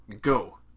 Go